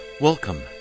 Welcome